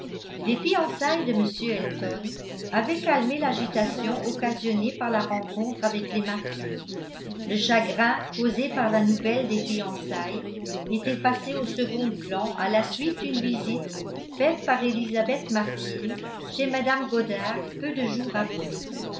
les fiançailles de m elton avaient calmé l'agitation occasionnée par la rencontre avec les martin le chagrin causé par la nouvelle des fiançailles était passé au second plan à la suite d'une visite faite par elisabeth martin chez mme goddard peu de jours après